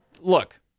look